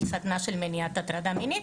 סדנה של מניעת הטרדה מינית,